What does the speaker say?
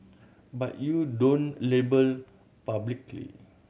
but you don't label publicly